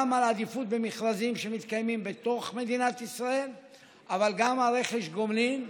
גם עדיפות במכרזים שמתקיימים בתוך מדינת ישראל אבל גם רכש גומלין.